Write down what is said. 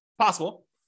possible